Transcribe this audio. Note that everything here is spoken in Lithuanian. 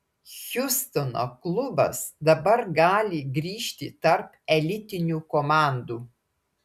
hjustono klubas dabar gali grįžti tarp elitinių komandų